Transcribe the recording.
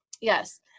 yes